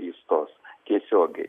įstos tiesiogiai